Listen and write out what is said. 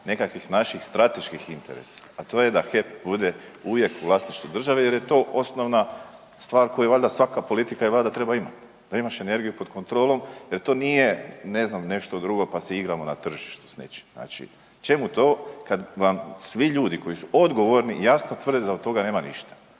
nekakvih naših strateških interesa, a to je da HEP uvijek bude u vlasništvu države jer je to osnovna stvar koju valjda svaka politika i vlada treba imati. Da imaš energiju pod kontrolom jer to nije ne znam nešto drugo pa se igramo na tržištu s nečim. Znači čemu to kad vam svi ljudi koji su odgovorni jasno tvrde da od toga nema ništa